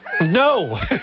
no